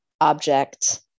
object